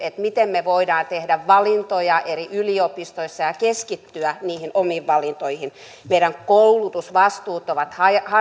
miten me voimme tehdä valintoja eri yliopistoissa ja ja keskittyä niihin omiin valintoihin meidän koulutusvastuut ovat